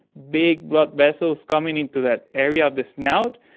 big blood vessels coming into that area of the snout,